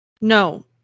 no